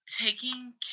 taking